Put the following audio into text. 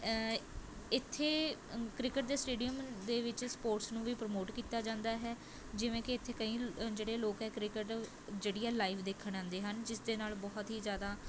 ਇੱਥੇ ਕ੍ਰਿਕਟ ਦੇ ਸਟੇਡੀਅਮ ਦੇ ਵਿੱਚ ਸਪੋਰਟਸ ਨੂੰ ਵੀ ਪ੍ਰਮੋਟ ਕੀਤਾ ਜਾਂਦਾ ਹੈ ਜਿਵੇਂ ਕਿ ਇੱਥੇ ਕਈ ਜਿਹੜੇ ਲੋਕ ਹੈ ਕ੍ਰਿਕਟ ਜਿਹੜੀ ਹੈ ਲਾਈਵ ਦੇਖਣ ਆਉਂਦੇ ਹਨ ਜਿਸ ਦੇ ਨਾਲ ਬਹੁਤ ਹੀ ਜ਼ਿਆਦਾ